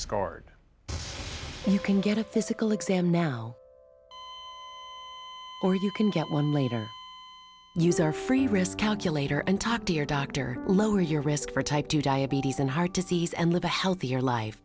scarred you can get a physical exam now you can get one later use our free risk calculator and talk to your doctor lower your risk for type two diabetes and heart disease and live a healthier life